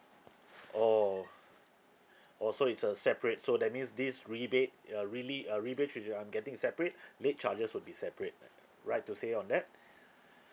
oh oh so it's a separate so that means this rebate ya really a rebate which I'm getting separate late charges would be separate ri~ right to say on that